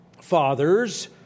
fathers